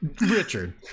Richard